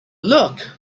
look